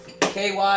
KY